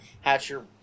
Hatcher